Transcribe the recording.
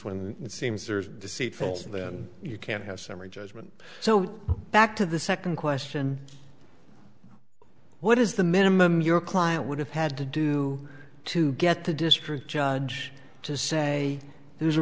when it seems there's deceitful and then you can have summary judgment so back to the second question what is the minimum your client would have had to do to get the district judge to say there's a